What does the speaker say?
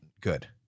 Good